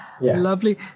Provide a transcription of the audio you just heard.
Lovely